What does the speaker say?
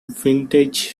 vintage